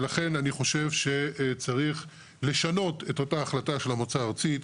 ולכן אני חושב שצריך לשנות את אותה החלטה של המועצה הארצית,